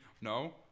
No